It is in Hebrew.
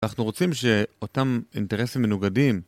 אנחנו רוצים שאותם אינטרסים מנוגדים...